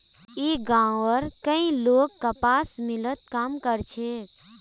ई गांवउर कई लोग कपास मिलत काम कर छे